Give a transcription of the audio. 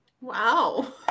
Wow